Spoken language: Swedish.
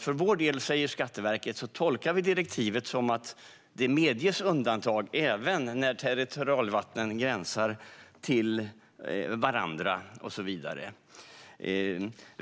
För vår del, säger Skatteverket, tolkar vi direktivet som att det medges undantag även när territorialvatten gränsar till varandra och så vidare.